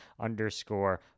underscore